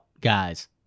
guys